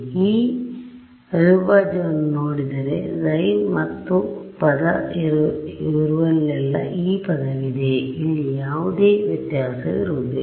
ಈ ಅವಿಭಾಜ್ಯವನ್ನು ನೋಡಿದರೆ χ ಪದ ಇರುವಲ್ಲೆಲ್ಲಾ E ಪದವಿದೆ ಇಲ್ಲಿ ಯಾವುದೆ ವ್ಯತ್ಯಾಸವಿರುವುದಿಲ್ಲ